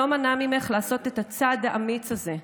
מה שלא מנע ממך לעשות את הצעד האמיץ הזה,